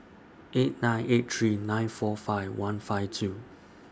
eight nine eight three nine four five one five two